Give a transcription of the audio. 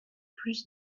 plus